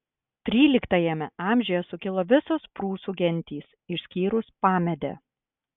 tryliktajame amžiuje sukilo visos prūsų gentys išskyrus pamedę